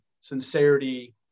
sincerity